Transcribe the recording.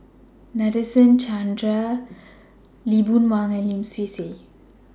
Nadasen Chandra Lee Boon Wang and Lim Swee Say